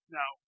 Now